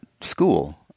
school